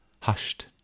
Hushed